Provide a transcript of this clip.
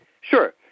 Sure